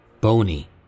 Bony